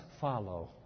follow